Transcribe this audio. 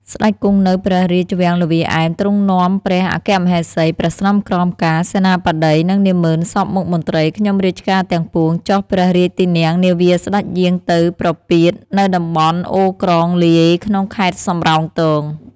ស្ដេចគង់នៅព្រះរាជវាំងល្វាឯម ទ្រង់នាំព្រះអគ្គមហេសី ព្រះស្នំក្រមការ សេនាបតី និងនាម៉ឺនសព្វមុខមន្ត្រីខ្ញុំរាជការទាំងពួង ចុះព្រះរាជទីន័ងនាវាស្ដេចយាងទៅប្រពាតនៅតំបន់អូរក្រងលាយ ក្នុងខេត្តសំរោងទង